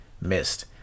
Missed